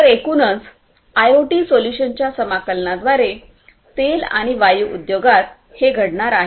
तर एकूणच आयओटी सोल्यूशन्सच्या समाकलनाद्वारे तेल आणि वायू उद्योगात हे घडणार आहे